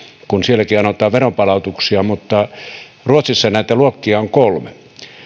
kun sielläkin anotaan veronpalautuksia mutta ruotsissa näitä luokkia on kolme